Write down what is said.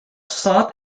sought